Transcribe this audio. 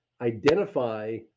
identify